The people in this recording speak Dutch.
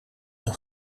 een